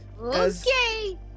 Okay